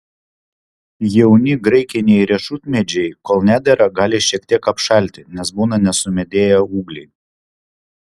jauni graikiniai riešutmedžiai kol nedera gali šiek tiek apšalti nes būna nesumedėję ūgliai